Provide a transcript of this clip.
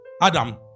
Adam